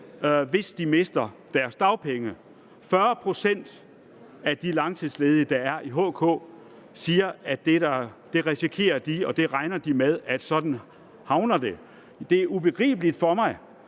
hvis de mister deres dagpenge. 40 pct. af de langtidsledige, der er medlem af HK, siger, at det risikerer de, og at de regner med, at det ender sådan. Det er ubegribeligt for mig,